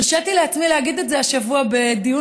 הרשיתי לעצמי להגיד את זה השבוע בדיון